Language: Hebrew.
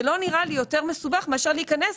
זה לא נראה לי יותר מסובך מאשר להיכנס